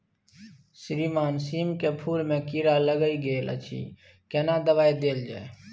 श्रीमान सीम के फूल में कीरा लाईग गेल अछि केना दवाई देल जाय?